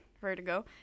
Vertigo